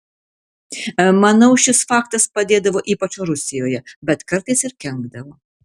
manau šis faktas padėdavo ypač rusijoje bet kartais ir kenkdavo